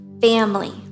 family